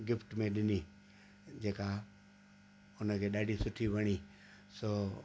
gift में ॾिनी जेका उन खे ॾाढी सुठी वणी सो